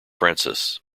francis